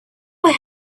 were